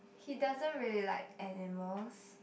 he doesn't really like animals